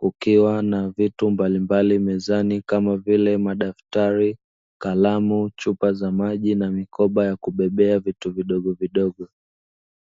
kukiwa na vitu mbalimbali mezani kama vile madaftari, kalamu, chupa za maji na mikoba ya kubebea vitu vidogovidogo.